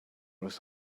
roast